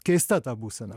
keista ta būsena